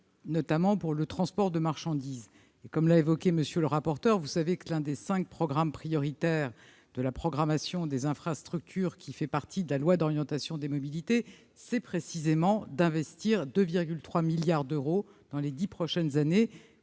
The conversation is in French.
notamment pour le transport de marchandises. Comme l'a dit M. le rapporteur, l'un des cinq programmes prioritaires de la programmation des infrastructures qui fait partie de la loi d'orientation des mobilités prévoit d'investir 2,3 milliards d'euros, dans les dix prochaines années,